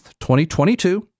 2022